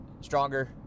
stronger